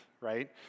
Right